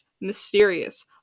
Mysterious